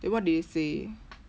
then what did they say